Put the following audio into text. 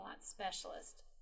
specialist